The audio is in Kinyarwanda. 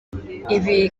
ibi